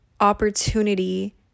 opportunity